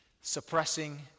suppressing